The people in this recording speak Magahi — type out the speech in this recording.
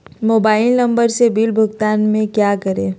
मोबाइल नंबर से बिल भुगतान में क्या करें?